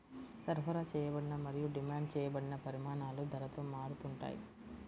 సరఫరా చేయబడిన మరియు డిమాండ్ చేయబడిన పరిమాణాలు ధరతో మారుతూ ఉంటాయి